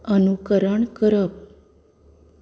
अनुकरण करप